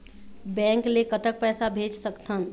Bank ले कतक पैसा भेज सकथन?